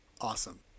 awesome